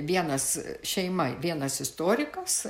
vienas šeima vienas istorikas